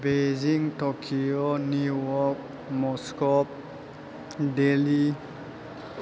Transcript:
Beijing Tokyo New York Moscow Delhi